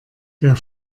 der